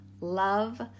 Love